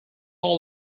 all